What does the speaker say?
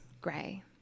gray